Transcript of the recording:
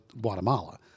Guatemala